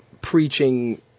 preaching